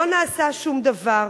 לא נעשה שום דבר,